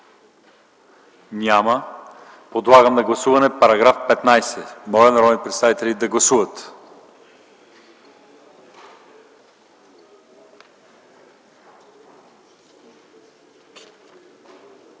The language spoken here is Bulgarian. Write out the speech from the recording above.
Няма. Подлагам на гласуване § 17. Моля народните представители да гласуват.